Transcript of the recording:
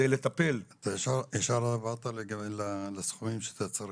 אתה ישר עברת לסכומים שאתה צריך.